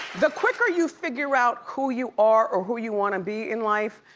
the quicker you figure out who you are or who you wanna be in life,